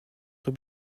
sont